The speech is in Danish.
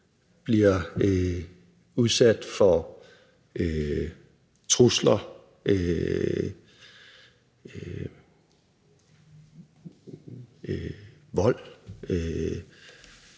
bliver udsat for trusler, vold,